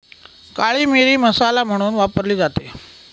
काळी मिरी मसाला म्हणून वापरली जाते